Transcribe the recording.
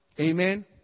Amen